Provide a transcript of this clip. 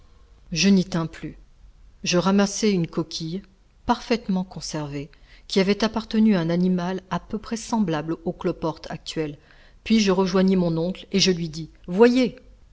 je n'y tins plus je ramassai une coquille parfaitement conservée qui avait appartenu à un animal à peu près semblable au cloporte actuel puis je rejoignis mon oncle et je lui dis voyez